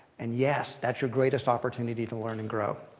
and yes that's your greatest opportunity to learn and grow.